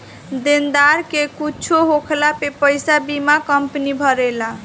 देनदार के कुछु होखला पे पईसा बीमा कंपनी भरेला